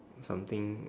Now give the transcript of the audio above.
something